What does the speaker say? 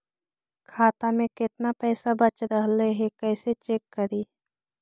खाता में केतना पैसा बच रहले हे कैसे चेक करी?